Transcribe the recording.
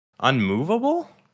Unmovable